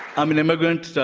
i'm an immigrant,